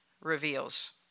reveals